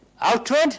Outward